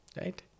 right